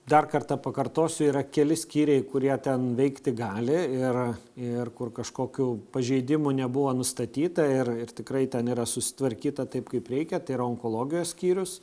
dar kartą pakartosiu yra keli skyriai kurie ten veikti gali ir ir kur kažkokių pažeidimų nebuvo nustatyta ir tikrai ten yra susitvarkyta taip kaip reikia tai onkologijos skyrius